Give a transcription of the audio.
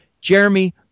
Jeremy